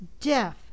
Deaf